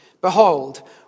behold